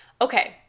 Okay